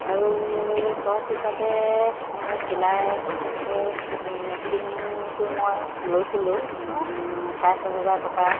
আৰু চখ হিচাপে চিলাই মেচিনটো মই লৈছিলোঁ চাৰে ছয় হেজাৰ টকাত